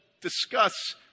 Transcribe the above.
discuss